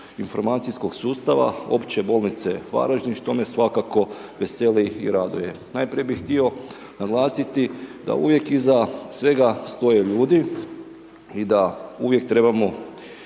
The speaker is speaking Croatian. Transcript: informacijskog sustava, Opće bolnice Varaždin, što me svakako veseli i raduje. Najprije bih htio naglasiti da uvijek iza svega stoje ljudi i da uvijek trebamo